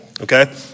okay